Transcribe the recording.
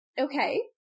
Okay